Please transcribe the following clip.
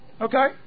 Okay